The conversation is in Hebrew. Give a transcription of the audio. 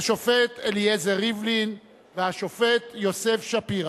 השופט אליעזר ריבלין והשופט יוסף שפירא.